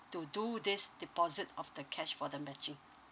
to do this deposit of the cash for the matching